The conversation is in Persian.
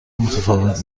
متفاوت